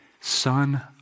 son